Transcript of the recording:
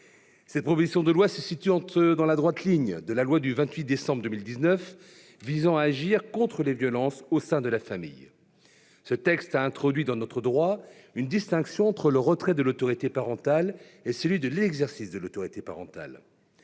notre assemblée. Elle s'inscrit dans la droite ligne de la loi du 28 décembre 2019 visant à agir contre les violences au sein de la famille. Ce texte a introduit dans notre droit une distinction entre le retrait de l'autorité parentale et celui de l'exercice de l'autorité parentale.